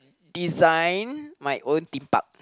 design my own theme park